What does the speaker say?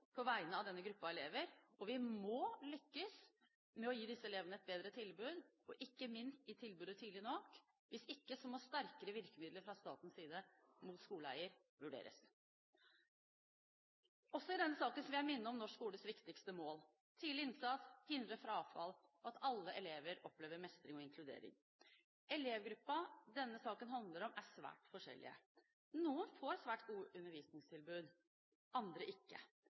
på vegne av denne gruppe elever. Vi må lykkes med å gi disse elevene et bedre tilbud, ikke minst gi tilbudet tidlig nok, hvis ikke må sterkere virkemidler fra statens side mot skoleeier vurderes. Også i denne saken vil jeg minne om norsk skoles viktigste mål: tidlig innsats, hindre frafall og at alle elever opplever mestring og inkludering. Elevene i den gruppen denne saken handler om, er svært forskjellige. Noen får svært gode undervisningstilbud, andre ikke.